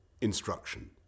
instruction